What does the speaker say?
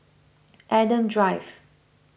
Adam Drive